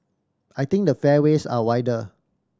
I think the fairways are wider